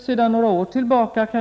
Sedan några år tillbaka går